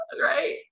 Right